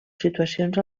situacions